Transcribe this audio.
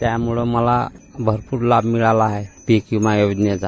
त्यामूळं मला भरपूर लाभ मिळाला आहे पिक विमा योजनेचा